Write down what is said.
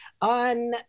on